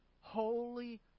holy